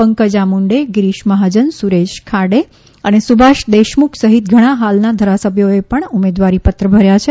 પંકજા મુંડે ગીરીશ મહાજન સુરેશ ખાડે અને સુભાષ દેશમુખ સહિત ઘણા હાલના ઘારાસભ્યો પણ ઉમેદવારીપત્રો ભર્યાં છે